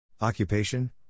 Occupation